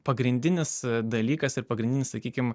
pagrindinis dalykas ir pagrindinis sakykim